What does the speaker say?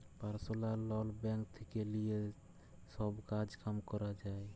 personal loan bank থেক্যে লিয়ে সব কাজ কাম ক্যরা যায়